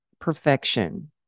perfection